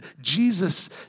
Jesus